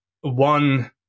one